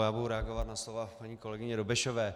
Já budu reagovat na slova paní kolegyně Dobešové.